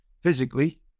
physically